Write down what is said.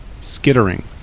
skittering